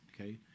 Okay